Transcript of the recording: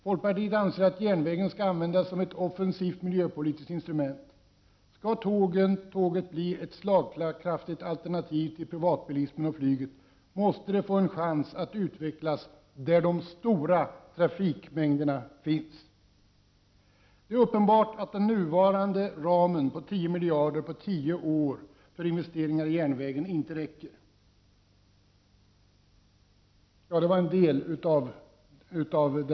Folkpartiet anser att järnvägen skall användas som ett offensivt miljöpolitiskt instrument. Skall tåget bli ett slagkraftigt alternativ till privatbilismen och flyget, måste det få en chans att utvecklas där de stora trafikmängderna finns. Det är uppenbart att den nuvarande ramen på 10 miljarder på tio år för investeringar i järnvägen inte räcker.